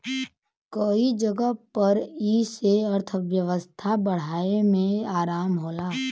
कई जगह पर ई से अर्थव्यवस्था बढ़ाए मे आराम होला